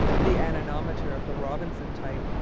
the anemometer of the robinson type,